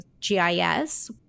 GIS